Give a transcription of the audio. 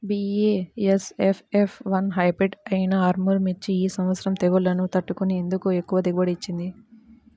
BASF F one hybrid అయినా Armour మిర్చి ఈ సంవత్సరం తెగుళ్లును తట్టుకొని ఎందుకు ఎక్కువ దిగుబడి ఇచ్చింది?